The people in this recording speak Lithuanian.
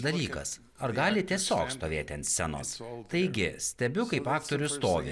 dalykas ar gali tiesiog stovėti ant scenos taigi stebiu kaip aktorius stovi